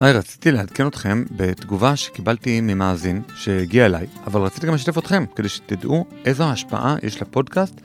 היי, רציתי לעדכן אתכם בתגובה שקיבלתי ממאזין שהגיעה אליי, אבל רציתי גם לשתף אתכם כדי שתדעו איזו ההשפעה יש לפודקאסט.